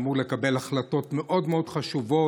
שאמור לקבל החלטות מאוד מאוד חשובות,